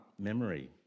memory